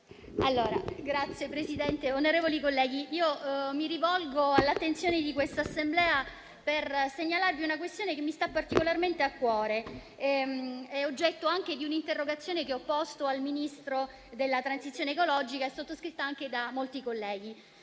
Signor Presidente, onorevoli colleghi, richiamo l'attenzione di questa Assemblea per segnalare una questione che mi sta particolarmente a cuore ed è oggetto anche di un'interrogazione che ho posto al Ministro della transizione ecologica, sottoscritta anche da molti colleghi.